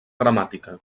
gramàtica